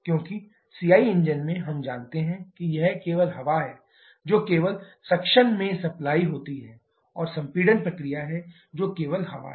क्योंकि CI engine में हम जानते हैं कि यह केवल हवा है जो केवल सक्शन मैं सप्लाई होती है और संपीड़न प्रक्रिया है जो केवल हवा है